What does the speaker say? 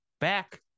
back